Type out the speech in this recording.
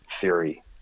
theory